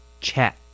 Chat